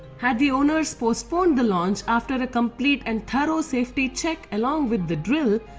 had the owners postponed the launch after a complete and thorough safety check along with the drill,